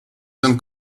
ten